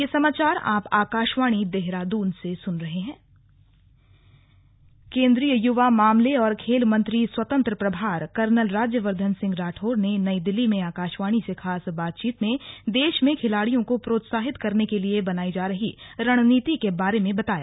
slug खेल मंत्री केंद्रीय युवा मामले और खेल मंत्री स्वतंत्र प्रभार कर्नल राज्यवर्धन सिंह राठौड़ ने नई दिल्ली में आकाशवाणी से खास बातचीत में देश में खिलाड़ियों को प्रोत्साहित करने के लिए बनायी जा रही रणनीति के बारे में बताया